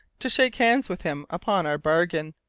to shake hands with him upon our bargain.